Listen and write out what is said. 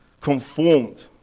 Conformed